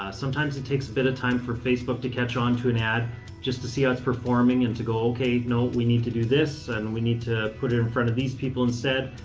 sometimes it takes a bit of time for facebook to catch onto an ad just to see how it's performing and to go, okay, no, we need to do this, and we need to put it in front of these people instead.